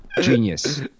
genius